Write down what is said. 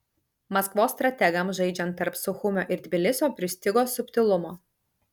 maskvos strategams žaidžiant tarp suchumio ir tbilisio pristigo subtilumo